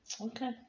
okay